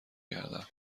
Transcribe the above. کردم